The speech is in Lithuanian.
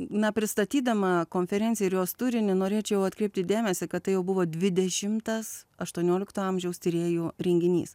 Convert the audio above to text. na pristatydama konferenciją ir jos turinį norėčiau atkreipti dėmesį kad tai jau buvo dvidešimtas aštuoniolikto amžiaus tyrėjų renginys